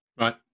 right